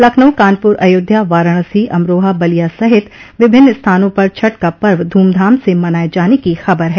लखनऊ कानपुर अयोध्या वाराणसी अमरोहा बलिया सहित विभिन्न स्थानों पर छठ का पर्व ध्रमधाम से मनाये जाने की खबर है